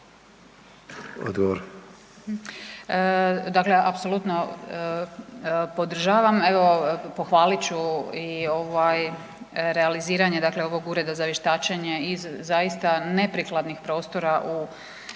Dakle, apsolutno podržavam evo pohvalit ću i realiziranje ovog ureda za vještačenja i zaista neprikladnih prostora u jedan